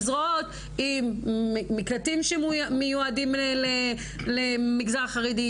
זרועות עם מקלטים שמיועדים למגזר חרדי,